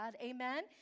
Amen